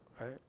right